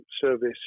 service